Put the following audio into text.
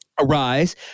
Arise